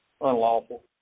unlawful